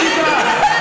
אל תדאג.